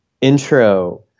intro